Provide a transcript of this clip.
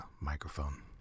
microphone